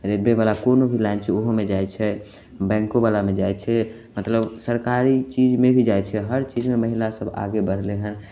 railway बला कोनो भी लाइन छै ओहोमे जाइत छै बैंको बलामे जाइत छै मतलब सरकारी चीजमे भी जाइत छै हर चीजमे महिला सब आगे बढ़लै हँ